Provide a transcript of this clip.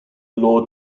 lord